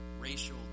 racial